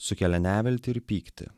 sukelia neviltį ir pyktį